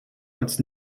als